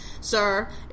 sir